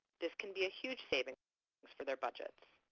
this can be a huge savings for their budget.